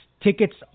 tickets